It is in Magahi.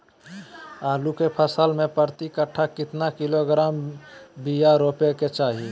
आलू के फसल में प्रति कट्ठा कितना किलोग्राम बिया रोपे के चाहि?